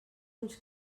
uns